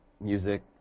music